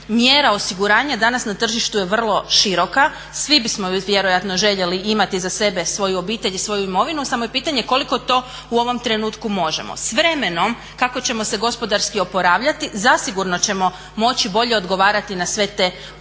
mjera osiguranja danas na tržištu je vrlo široka. Svi bismo vjerojatno željeli imati za sebe svoju obitelj i svoju imovinu, samo je pitanje koliko to u ovom trenutku možemo. S vremenom kako ćemo se gospodarski oporavljati zasigurno ćemo moći bolje odgovarati na sve te ponude.